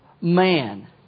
man